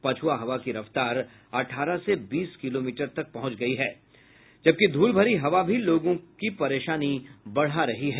पछ्आ हवा की रफ्तार अठारह से बीस किलोमीटर तक पहुंच गयी है जबकि धूल भरी हवा भी लोगों की परेशानी बढ़ा रही है